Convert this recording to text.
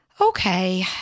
Okay